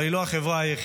אבל היא לא החברה היחידה,